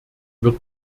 wird